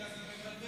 רגע,